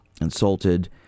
insulted